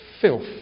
filth